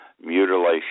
Mutilation